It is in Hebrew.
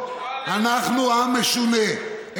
אנחנו עם משונה,